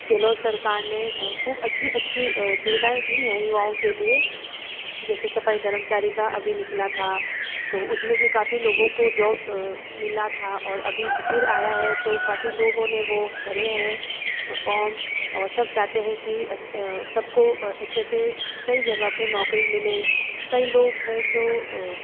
गहलोत सरकार ने खूब अच्छी अच्छी सुविधाएँ दी है युवाओं के लिए जैसे सफ़ाई कर्मचारी का अभी निकला था तो उसमें भी काफ़ी लोगों को जॉब मिला था और अभी फिर आया है तो काफ़ी लोगों ने वो भरें हैं फोर्म और सब चाहते हैं कि सबको अच्छे से सही जगह पे नौकरी मिले कई लोग है जो